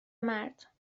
مرد